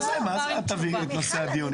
מה, מה זה את תבהירי את נושא הדיון?